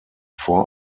four